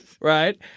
right